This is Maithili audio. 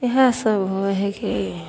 इएह सब होइ हइ की